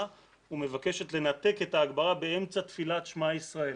ומבקשת לנתק את ההגברה באמצע תפילת 'שמע ישראל'.